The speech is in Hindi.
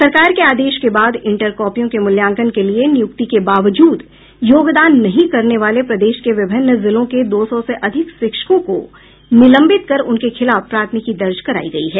सरकार के आदेश के बाद इंटर कॉपियों के मूल्यांकन के लिए निय्रक्ति के बावजूद योगदान नहीं करने वाले प्रदेश के विभिन्न जिलों के दो सौ से अधिक शिक्षकों को निलंबित कर उनके खिलाफ प्राथमिकी दर्ज करायी गयी है